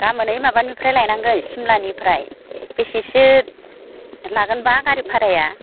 गाबोन बै माबानिफ्राय लाबोनांगोन सिमलानिफ्राय बेसेसो लागोनबा गारि भाराया